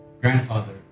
Grandfather